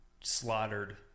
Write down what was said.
slaughtered